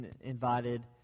invited